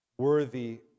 worthy